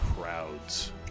crowds